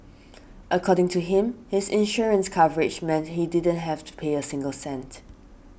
according to him his insurance coverage meant he didn't have to pay a single cent